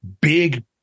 big